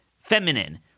feminine